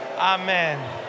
Amen